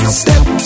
step